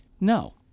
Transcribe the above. No